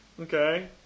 Okay